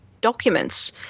documents